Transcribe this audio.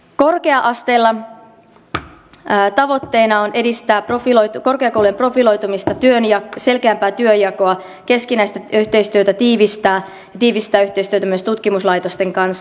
korkea asteella tavoitteena on edistää korkeakoulujen profiloitumista ja saada selkeämpi työnjako tiivistää keskinäistä yhteistyötä ja tiivistää yhteistyötä myös tutkimuslaitosten kanssa